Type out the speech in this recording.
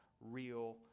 real